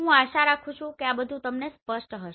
હું આશા રાખું છું કે આ તમને સ્પષ્ટ હશે